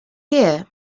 year